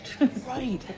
Right